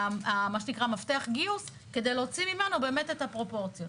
שנקרא מפתח גיוס כדי להוציא ממנו באמת את הפרופורציות.